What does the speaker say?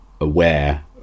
aware